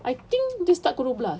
I think dia start pukul dua belas